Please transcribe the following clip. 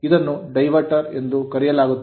ಇದನ್ನು diverter diverter ಎಂದು ಕರೆಯಲಾಗುತ್ತದೆ